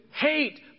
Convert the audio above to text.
hate